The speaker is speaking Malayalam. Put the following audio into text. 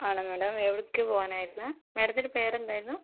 ആണോ മാഡം എവിടെക്ക് പോവാനായിരുന്നു മാഡത്തിന് പേരെന്തായിരുന്നു